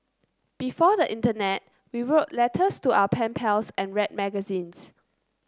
before the internet we wrote letters to our pen pals and read magazines